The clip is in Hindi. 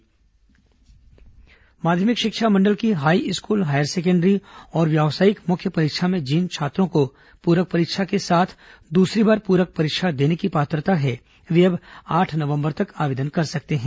हाईस्कूल हायरसेकेंडरी पूरक आवेदन माध्यमिक शिक्षा मंडल की हाईस्कूल हायर सेकेंडरी और व्यावसायिक मुख्य परीक्षा में जिन छात्रों को पूरक परीक्षा के साथ दूसरी बार पूरक परीक्षा देने की पात्रता है वे अब आठ नवंबर तक आवेदन कर सकते हैं